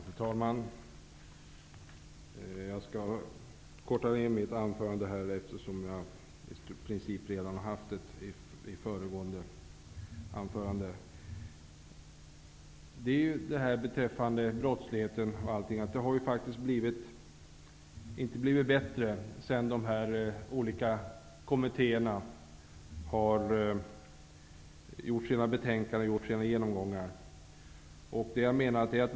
Fru talman! Jag skall korta mitt anförande, eftersom jag i princip tog upp dessa frågor i ett tidigare anförande. Läget beträffande brottsligheten har inte blivit bättre efter det att de olika kommittéerna har gjort sina genomgångar och lagt fram sina betänkanden.